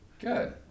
Good